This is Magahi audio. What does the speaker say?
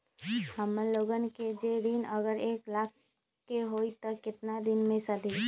हमन लोगन के जे ऋन अगर एक लाख के होई त केतना दिन मे सधी?